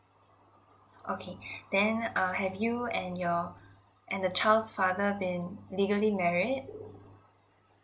okay then uh have you and your and the child's father been legally married